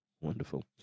Wonderful